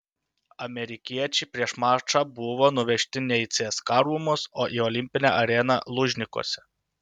amerikiečiai prieš mačą buvo nuvežti ne į cska rūmus į olimpinę areną lužnikuose